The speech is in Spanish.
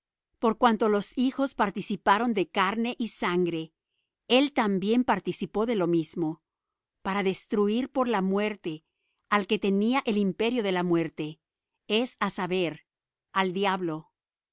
por cuanto los hijos participaron de carne y sangre él también participó de lo mismo para destruir por la muerte al que tenía el imperio de la muerte es á saber al diablo